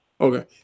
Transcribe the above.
Okay